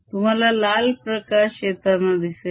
तुम्हाला लाल प्रकाश येताना दिसेल